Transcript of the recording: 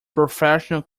professional